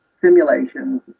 simulations